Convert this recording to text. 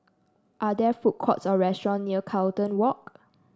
are there food courts or restaurant near Carlton Walk